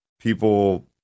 people